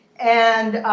and